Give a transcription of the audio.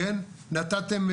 נתתם,